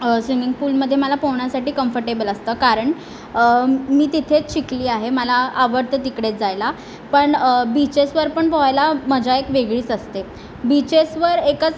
swimming पूलमध्ये मला पोहायला कम्फर्टेबल असतं कारण मी तिथेच शिकली आहे मला आवडतं तिकडेच जायला पण बीचेसवर पण पोहायला मजा एक वेगळीच असते बीचेसवर एकच